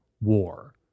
war